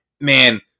man